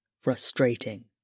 frustrating